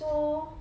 so